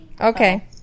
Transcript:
Okay